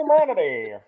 humanity